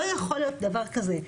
לא יכול להיות דבר כזה,